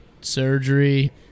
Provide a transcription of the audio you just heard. surgery